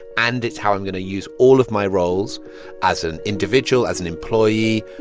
and it's how i'm going to use all of my roles as an individual, as an employee,